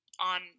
on